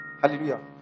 Hallelujah